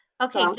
Okay